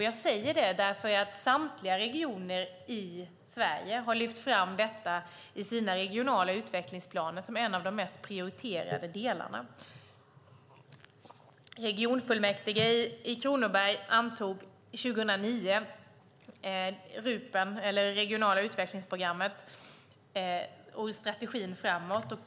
Jag säger det därför att samtliga regioner i Sverige har lyft fram detta i sina regionala utvecklingsplaner som en av de mest prioriterade delarna. Regionfullmäktige i Kronoberg antog 2009 ett regionalt utvecklingsprogram och en strategi inför framtiden.